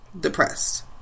depressed